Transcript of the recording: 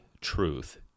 truth